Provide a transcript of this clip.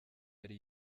yari